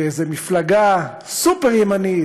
כאיזו מפלגה סופר-ימנית,